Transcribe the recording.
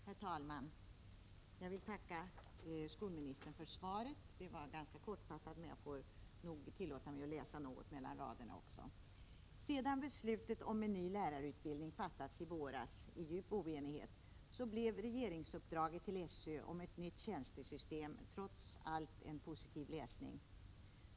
Herr talman! Jag vill tacka skolministern för svaret. Det var ganska kortfattat, men jag tillåter mig nog att läsa mellan raderna också. Sedan beslutet om en ny lärarutbildning fattats i våras, i djup oenighet, blev regeringsuppdraget till SÖ om ett nytt tjänstesystem trots allt en positiv läsning.